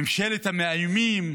ממשלת המאיימים.